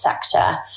sector